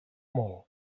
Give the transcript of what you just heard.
molt